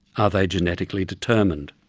are they genetically determined?